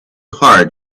hard